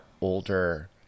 older